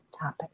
topic